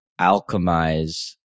alchemize